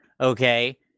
okay